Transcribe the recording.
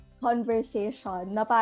conversation